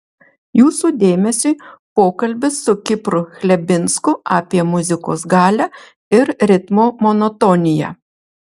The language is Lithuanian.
jūsų dėmesiui pokalbis su kipru chlebinsku apie muzikos galią ir ritmo monotoniją